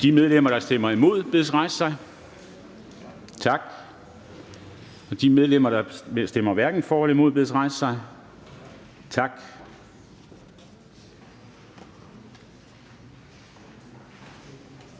De medlemmer, der stemmer imod, bedes rejse sig. Tak. De medlemmer, der stemmer hverken for eller imod, bedes rejse sig. Tak.